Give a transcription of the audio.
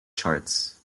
charts